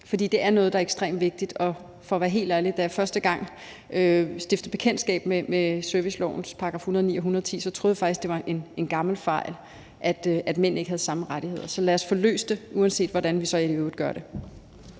for det er noget, der er ekstremt vigtigt. For at være helt ærlig: Da jeg første gang stiftede bekendtskab med servicelovens § 109 og 110, troede jeg faktisk, at det var en gammel fejl, at mænd ikke havde samme rettigheder. Så lad os få løst det, uanset hvordan vi så i øvrigt gør det.